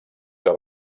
que